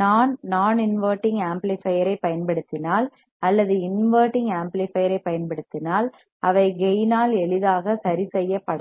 நான் நான் இன்வெர்ட்டிங் ஆம்ப்ளிபையர்யைப் பயன்படுத்தினால் அல்லது இன்வெர்ட்டிங் ஆம்ப்ளிபையர்யைப் பயன்படுத்தினால் அவை கேயின் ஆல் எளிதாக சரிசெய்யப்படலாம்